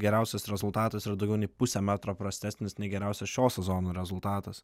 geriausias rezultatas yra daugiau nei pusę metro prastesnis nei geriausias šio sezono rezultatas